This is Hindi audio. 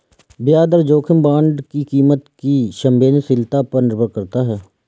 ब्याज दर जोखिम बांड की कीमत की संवेदनशीलता पर निर्भर करता है